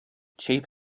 cheap